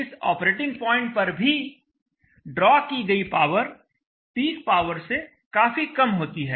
इस operating point पर भी ड्रॉ की गई पावर पीक पावर से काफी कम होती है